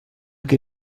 que